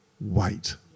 wait